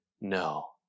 No